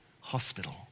hospital